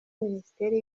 minisiteri